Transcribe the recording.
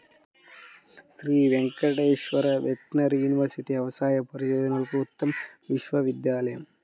Shri Venkateswara veterinary university వ్యవసాయ పరిశోధనలకు ఉత్తమ విశ్వవిద్యాలయం